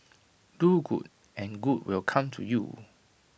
do good and good will come to you